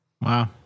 Wow